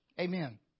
Amen